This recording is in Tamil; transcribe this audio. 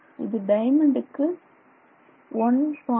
இது டையமண்டுக்கு 1